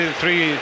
three